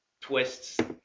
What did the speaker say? twists